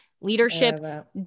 Leadership